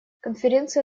конференция